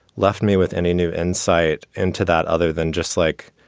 left me with any new insight into that other than just like,